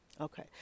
okay